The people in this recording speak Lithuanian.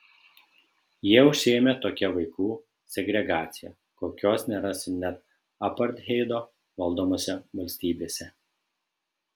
jie užsiėmė tokia vaikų segregacija kokios nerasi net apartheido valdomose valstybėse